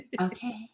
Okay